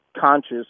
conscious